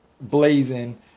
blazing